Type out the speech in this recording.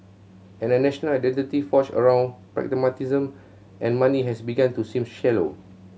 and a national identity forged around pragmatism and money has begun to seem shallow